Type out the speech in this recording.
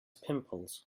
pimples